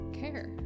care